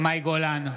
מאי גולן,